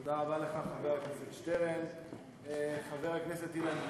תודה רבה לך, חבר הכנסת שטרן.